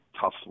tough